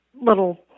little